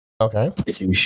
Okay